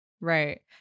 Right